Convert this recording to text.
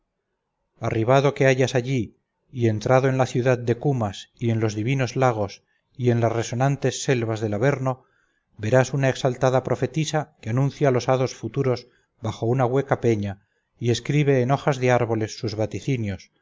arribado que hayas allí y entrando en la ciudad de cumas y en los divinos lagos y en las resonantes selvas del averno verás una exaltada profetisa que anuncia los hados futuros bajo una hueca peña y escribe en hojas de árboles sus vaticinios